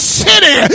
city